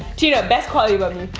tina, best quality about me.